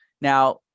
Now